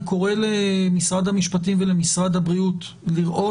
אני קורא למשרד המשפטים ולמשרד הבריאות לראות